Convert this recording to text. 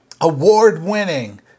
award-winning